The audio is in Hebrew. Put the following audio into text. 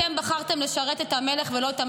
אתם בחרתם לשרת את המלך ולא את הממלכה.